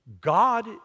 God